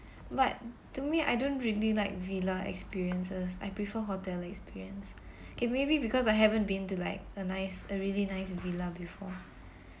but to me I don't really like villa experiences I prefer hotel experience okay maybe because I haven't been to like a nice a really nice villa before